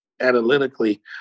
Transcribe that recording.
analytically